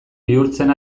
bihurtzen